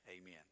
Amen